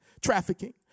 trafficking